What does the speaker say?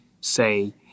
say